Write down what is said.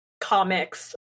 comics